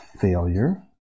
failure